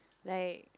like